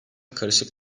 karışık